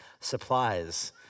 supplies